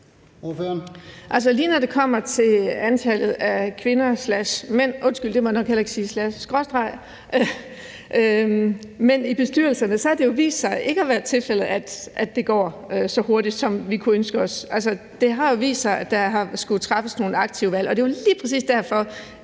Lige når det kommer til antallet af kvinder skråstreg mænd i bestyrelser, har det jo vist sig ikke at være tilfældet, at det går så hurtigt, som vi kunne ønske os. Altså, det har jo vist sig, at der har skullet træffes nogle aktive valg, og det er jo lige præcis derfor,